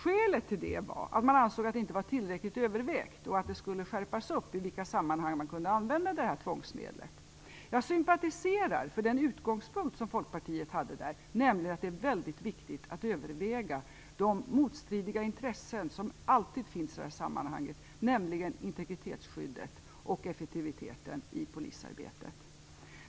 Skälet till det var att man ansåg att det inte var tillräckligt övervägt och att reglerna om i vilka sammanhang man kunde använda detta tvångsmedel skulle skärpas. Jag sympatiserar med den utgångspunkt som Folkpartiet hade där, nämligen att det är väldigt viktigt att överväga de motstridiga intressen som alltid finns i dessa sammanhang, nämligen integritetsskyddet och effektiviteten i polisarbetet.